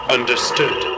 Understood